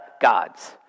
gods